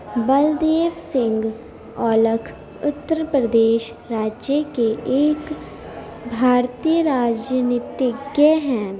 بلدیو سنگھ اولکھ اتر پردیش راجیہ کے ایک بھارتیہ راج نیتگیہ ہیں